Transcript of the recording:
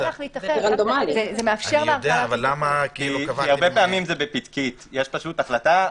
הרבה פעמים זה בפתקית יש החלטה: